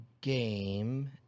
game